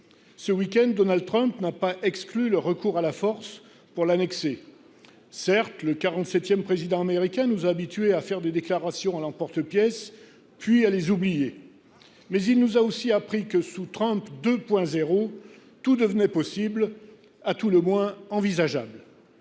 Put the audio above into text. end dernier, Donald Trump n’a pas exclu de recourir à la force pour l’annexer ! Certes, le quarante septième président américain nous a habitués à faire des déclarations à l’emporte pièce puis à les oublier, mais il nous a aussi appris que, sous « Trump 2.0 », tout devenait possible ou, à tout le moins, envisageable.